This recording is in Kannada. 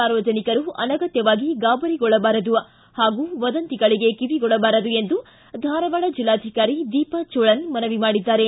ಸಾರ್ವಜನಿಕರು ಅನಗತ್ಯವಾಗಿ ಗಾಬರಿಗೊಳ್ಳಬಾರದು ಹಾಗೂ ವದಂತಿಗಳಿಗೆ ಕಿವಿಗೊಡಬಾರದು ಎಂದು ಧಾರವಾಡ ಜಿಲ್ಲಾಧಿಕಾರಿ ದೀಪಾ ಜೋಳನ್ ಮನವಿ ಮಾಡಿದ್ದಾರೆ